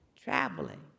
traveling